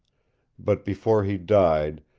but before he died,